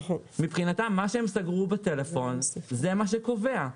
מבחינתם מה שהם סגרו בטלפון זה מה שקובע,